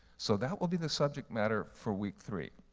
so that will be the subject matter for week three.